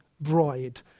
bride